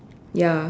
ya